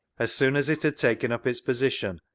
as soon as it had taken up its position,